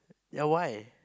ya why